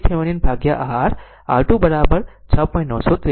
આમ iNorton VThevenin ભાગ્યા R Thevenin R2 6